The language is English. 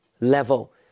level